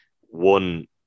one